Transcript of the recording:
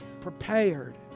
prepared